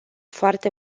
foarte